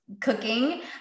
cooking